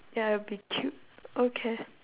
ya it'll be cute okay